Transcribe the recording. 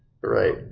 Right